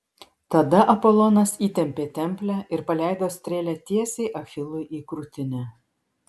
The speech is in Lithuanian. tada apolonas įtempė templę ir paleido strėlę tiesiai achilui į krūtinę